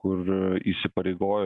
kur įsipareigojo